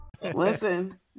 Listen